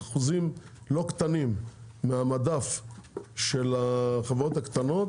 אחוזים לא קטנים מהמדף של החברות הקטנות,